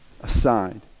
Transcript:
aside